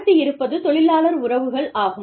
அடுத்து இருப்பது தொழிலாளர் உறவுகள் ஆகும்